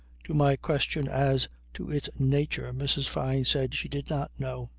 to my question as to its nature mrs. fyne said she did not know.